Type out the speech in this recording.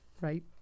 right